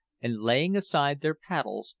and laying aside their paddles,